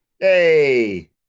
Yay